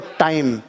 time